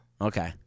Okay